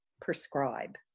prescribe